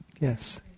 Yes